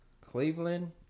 Cleveland